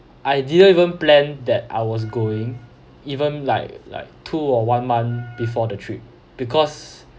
I didn't even plan that I was going even like like two or one month before the trip because